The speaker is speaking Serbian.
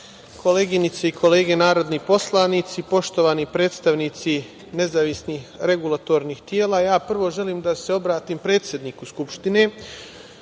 koleginice i kolege narodni poslanici, poštovani predstavnici nezavisnih regulatornih tela, ja prvo želim da se obratim predsedniku Skupštine.